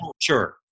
Sure